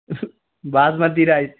basmati rice